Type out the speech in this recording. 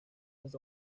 was